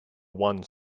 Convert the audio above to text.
one